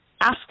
ask